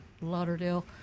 Lauderdale